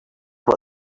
what